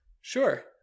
Sure